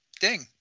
Ding